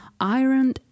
iron